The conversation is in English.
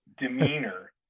demeanor